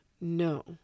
No